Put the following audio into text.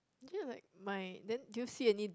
actually I like my then do you see any